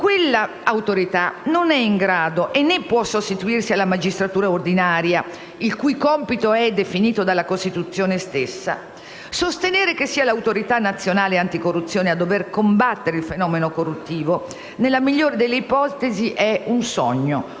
occasioni - non è in grado e non può sostituirsi alla magistratura ordinaria, il cui compito è definito dalla Costituzione stessa, sostenere che sia l'Autorità nazionale anticorruzione a dover combattere il fenomeno corruttivo nella migliore delle ipotesi è un sogno